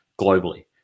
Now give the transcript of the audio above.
globally